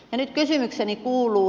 nyt kysymykseni kuuluu